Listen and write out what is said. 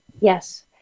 Yes